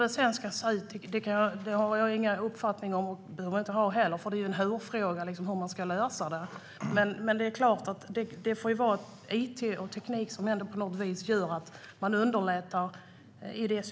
Hur den ska se ut har jag ingen uppfattning om, och det behöver jag inte ha. Det är en hur-fråga. Hur ska situationen lösas? Med hjälp av it och teknik kan rekryteringen underlättas.